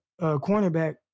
cornerback